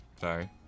Sorry